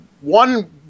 one